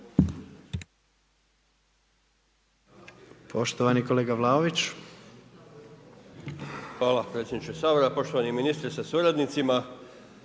**Vlaović, Davor (HSS)** Hvala predsjedniče Sabora, poštovani ministre sa suradnicima.